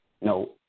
No